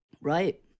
Right